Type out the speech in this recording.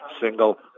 single